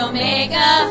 Omega